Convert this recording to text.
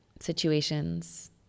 situations